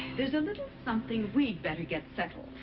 there's a little something we'd better get settled.